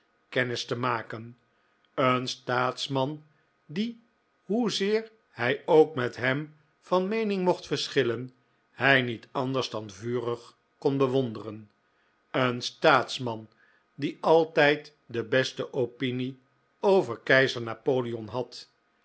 kennis te maken een staatsman dien hoezeer hij ook met hem van meening mocht verschillen hij niet anders dan vurig kon bewonderen een staatsman die altijd de beste opinie over keizer napoleon had